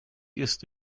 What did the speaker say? ist